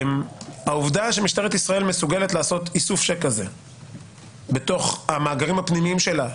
העובדה שמשטרת ישראל מסוגלת לעשות איסוף כזה במאגרים הפנימיים שלה,